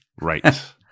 Right